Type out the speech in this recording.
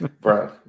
Bro